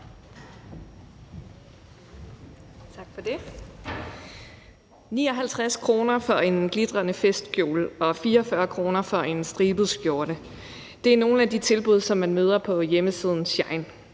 59 kr. for en glitrende festkjole og 44 kr. for en stribet skjorte – det er nogle af de tilbud, som man møder på hjemmesiden SHEIN.